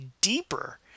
deeper